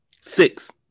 Six